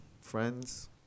friends